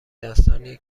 داستانیه